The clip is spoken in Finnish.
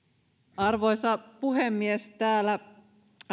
arvoisa puhemies täällä